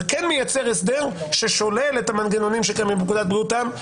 כן מייצר הסדר ששולל את המנגנונים שקיימים בפקודת בריאות העם,